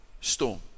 storm